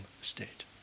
state